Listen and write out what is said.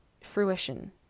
fruition